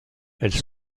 elles